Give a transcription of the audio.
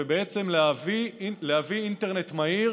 ובעצם להביא אינטרנט מהיר